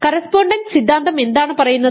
correspondence സിദ്ധാന്തം എന്താണ് പറയുന്നത്